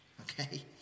Okay